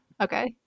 okay